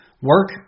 Work